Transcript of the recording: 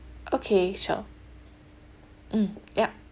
okay sure mm ya